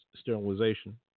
sterilization